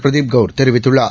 பிரதீப் கவுா தெரிவித்துள்ளார்